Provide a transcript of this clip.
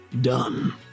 done